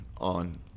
on